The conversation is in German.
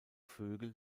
vögel